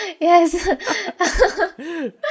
yes